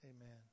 Amen